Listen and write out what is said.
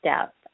step